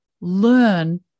learn